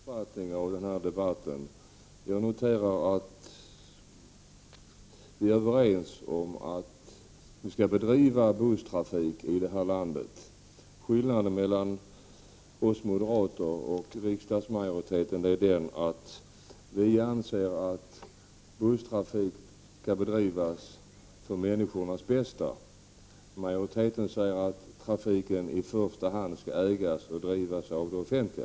Fru talman! Mycket kort. Jag skall göra en sammanfattning av min uppfattning av den här debatten. Jag noterar att vi är överens om att bedriva busstrafik här i landet. Skillnaden mellan oss moderater och utskottsmajoriteten är den att vi anser att busstrafik skall bedrivas för människornas bästa. Majoriteten säger att trafiken i första hand skall ägas och drivas av det offentliga.